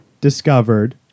discovered